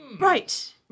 Right